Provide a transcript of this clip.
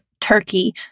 turkey